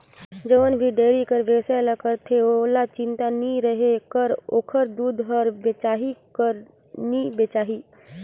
जउन भी डेयरी कर बेवसाय ल करथे ओहला चिंता नी रहें कर ओखर दूद हर बेचाही कर नी बेचाही